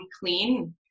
clean